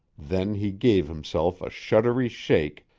then he gave himself a shuddery shake,